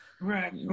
Right